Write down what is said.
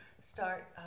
start